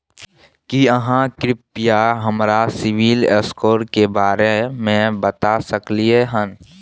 की आहाँ कृपया हमरा सिबिल स्कोर के बारे में बता सकलियै हन?